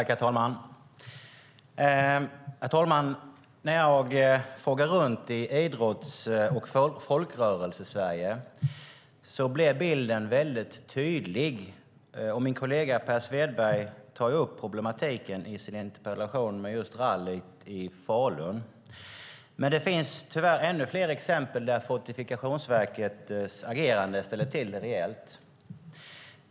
Herr talman! När jag frågar runt i Idrotts och Folkrörelsesverige blir bilden väldigt tydlig. Min kollega Per Svedberg tar upp problematiken i sin interpellation när det gäller just rallyt i Falun. Det finns dock tyvärr ännu fler exempel där Fortifikationsverkets agerande ställer till det rejält.